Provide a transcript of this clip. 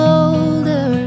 older